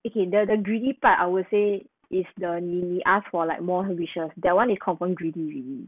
okay the the greedy part I would say is the 你你 ask for like more wishes that one is confirm greedy already